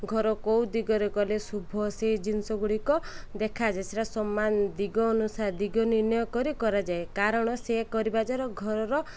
ଘର କେଉଁ ଦିଗରେ କଲେ ଶୁଭ ସେଇ ଜିନିଷ ଗୁଡ଼ିକ ଦେଖାଯାଏ ସେଇଟା ସମାନ ଦିଗ ଅନୁସାରେ ଦିଗ ନିର୍ଣ୍ଣୟ କରି କରାଯାଏ କାରଣ ସେ କରିବା ଦ୍ୱାରା ଘରର